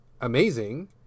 amazing